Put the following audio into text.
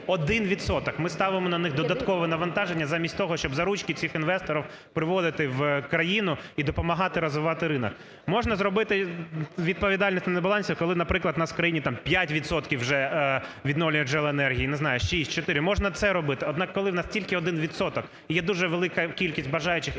ми ставимо на них додаткове навантаження замість того, щоб за ручки цих інвесторів приводити в країну і допомагати розвивати ринок. Можна зробити з відповідальністю на балансі, коли, наприклад, в нас в країні, там, 5 відсотків вже відновлювальних джерел енергії, не знаю, 6, 4. Можна це робити, однак, коли в нас тільки один відсоток і є дуже велика кількість бажаючих